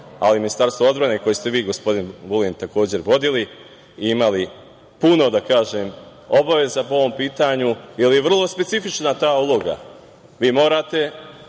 ali i Ministarstvo odbrane koje ste vi, gospodine Vulin, takođe vodili i imali puno obaveza po ovom pitanju, jer je vrlo specifična ta uloga – vi morate